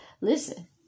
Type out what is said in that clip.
Listen